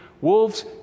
Wolves